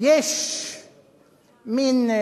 יש מין,